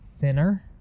thinner